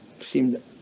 seemed